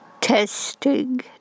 Testing